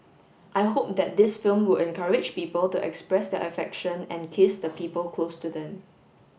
I hope that this film will encourage people to express their affection and kiss the people close to them